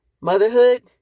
motherhood